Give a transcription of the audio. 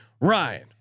Ryan